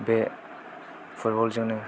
बे फुटबल जोंनो